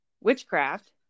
witchcraft